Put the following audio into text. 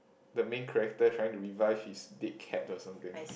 the main character trying to revive his dead cat or something